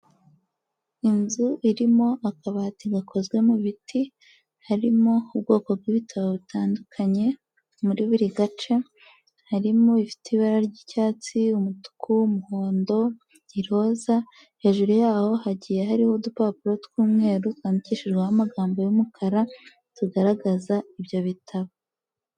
Inzu irimo akabati gakozwe mu biti, harimo ubwoko bw'ibitabo butandukanye muri buri gace, harimo ifite ibara ry'icyatsi, umutuku, umuhondo, iroza, hejuru yaho hagiye hariho udupapuro tw'umweru twandikishijweho amagambo y'umukara, tugaragaza ibyo bitabo.